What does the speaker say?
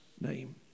name